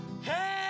Hey